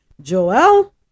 Joel